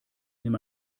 nimm